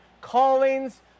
callings